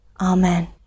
Amen